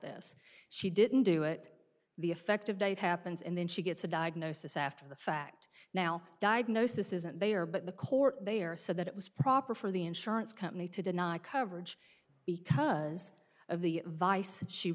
this she didn't do it the effective date happens and then she gets a diagnosis after the fact now diagnosis isn't there but the court they are said that it was proper for the insurance company to deny coverage because of the vice